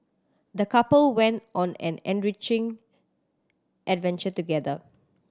the couple went on an enriching adventure together